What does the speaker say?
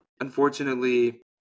unfortunately